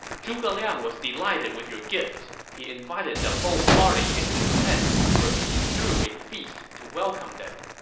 zhuge liang was delighted with your gifts. he invited the whole party into his tent, where he threw a feast to welcome them.